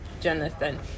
Jonathan